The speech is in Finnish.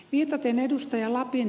viitaten ed